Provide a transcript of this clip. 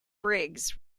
briggs